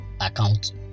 account